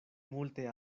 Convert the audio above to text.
multe